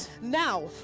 Now